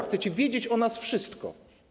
Chcecie wiedzieć o nas wszystko.